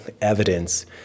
evidence